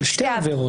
על שתי עבירות.